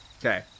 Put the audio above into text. Okay